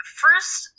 first